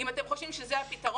אם אתם חושבים שזה הפתרון,